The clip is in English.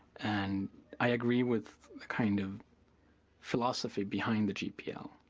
and i agree with a kind of philosophy behind the gpl.